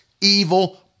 evil